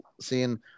seeing